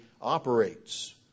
operates